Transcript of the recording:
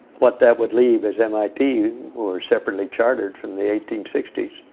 what that would leave as mit, who are separately chartered from the eighteen sixty s,